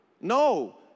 No